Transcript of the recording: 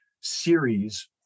series